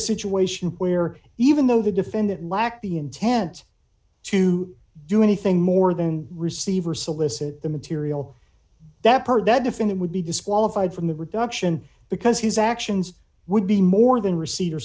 a situation where even though the defendant lacked the intent to do anything more than receive or solicit the material that per that definit would be disqualified from the production because his actions would be more than receipt or